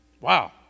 Wow